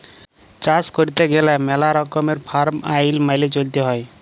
চাষ ক্যইরতে গ্যালে ম্যালা রকমের ফার্ম আইল মালে চ্যইলতে হ্যয়